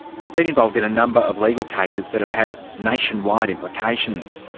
he's been involved in a number of legal cases that have had nationwide implications.